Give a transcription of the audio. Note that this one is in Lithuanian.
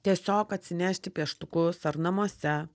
tiesiog atsinešti pieštukus ar namuose